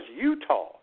Utah